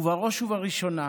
ובראש ובראשונה